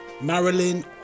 Marilyn